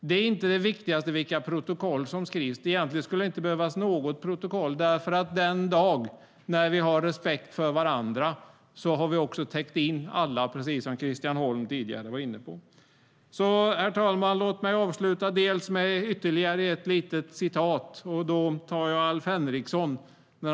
Det viktigaste är inte vilka protokoll som skrivs. Egentligen skulle det inte behövas något protokoll, därför att den dag när vi har respekt för varandra har vi också täckt in alla, precis som Christian Holm tidigare var inne på. Herr talman! Låt mig avsluta med Alf Henriksons ord.